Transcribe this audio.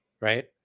right